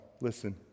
listen